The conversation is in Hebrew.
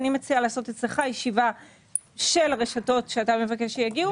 אני מציעה לעשות אצלך ישיבה של הרשתות שאתה מבקש שיגיעו.